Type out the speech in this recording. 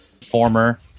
former